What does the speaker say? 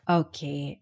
okay